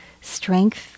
strength